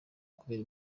kubera